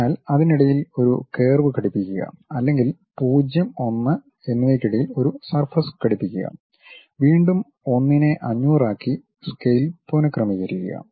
അതിനാൽ അതിനിടയിൽ ഒരു കർവ് ഘടിപ്പിക്കുക അല്ലെങ്കിൽ 0 1 എന്നിവയ്ക്കിടയിൽ ഒരു സർഫസ് ഘടിപ്പിക്കുക വീണ്ടും 1 നേ 500 ആക്കി സ്കെയിൽ പുനക്രമീകരിക്കുക